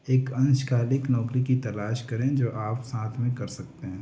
एक अंशकालिक नौकरी की तलाश करें जो आप साथ में कर सकते हैं